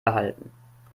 behalten